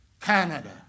Canada